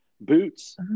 boots